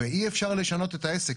ואי אפשר לשנות את העסק.